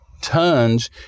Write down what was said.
tons